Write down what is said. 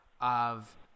of-